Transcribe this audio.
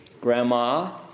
grandma